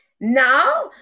now